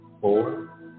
four